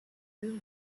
deux